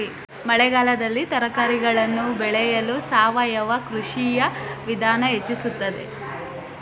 ಮಳೆಗಾಲದಲ್ಲಿ ತರಕಾರಿಗಳನ್ನು ಬೆಳೆಯಲು ಸಾವಯವ ಕೃಷಿಯ ವಿಧಾನ ಹೆಚ್ಚಿಸುತ್ತದೆ?